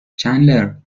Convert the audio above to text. چندلر